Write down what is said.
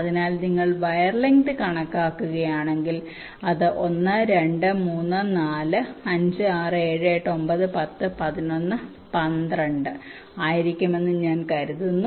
അതിനാൽ ഇപ്പോൾ നിങ്ങൾ വയർ ലെങ്ത് കണക്കാക്കുകയാണെങ്കിൽ അത് 1 2 3 4 5 6 7 8 9 10 11 12 ആയിരിക്കുമെന്ന് ഞാൻ കരുതുന്നു